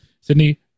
Sydney